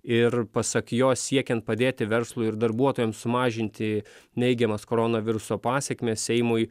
ir pasak jo siekiant padėti verslui ir darbuotojams sumažinti neigiamas koronaviruso pasekmes seimui